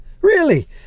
Really